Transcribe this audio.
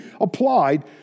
applied